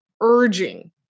urging